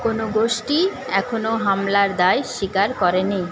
কোনও গোষ্ঠী এখনো হামলার দায় স্বীকার করেনি